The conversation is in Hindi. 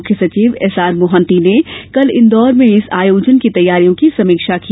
मुख्य सचिव एस आर मोहंती ने कल इंदौर में इस आयोजन की तैयारियों की समीक्षा की